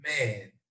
Man